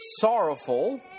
sorrowful